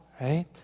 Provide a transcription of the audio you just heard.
right